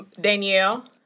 Danielle